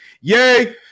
yay